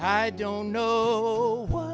i don't know wh